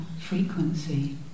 frequency